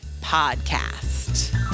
podcast